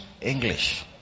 English